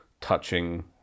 touching